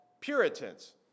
Puritans